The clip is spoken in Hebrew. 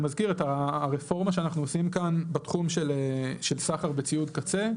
אני מזכיר את הרפורמה שאנחנו עושים כאן בתחום של סחר בציוד קצה,